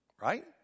right